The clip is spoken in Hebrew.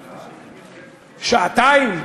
שעתיים,